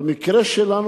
במקרה שלנו,